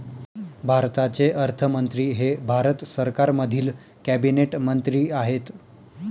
भारताचे अर्थमंत्री हे भारत सरकारमधील कॅबिनेट मंत्री आहेत